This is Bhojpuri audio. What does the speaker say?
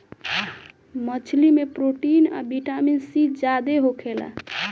मछली में प्रोटीन आ विटामिन सी ज्यादे होखेला